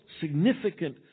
significant